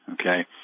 Okay